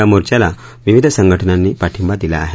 या मोर्चाला विविध संघटनांनी पाठिंबा दिला आहे